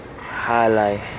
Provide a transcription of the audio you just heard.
Highlight